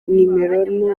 nimero